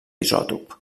isòtop